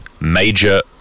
Major